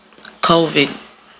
COVID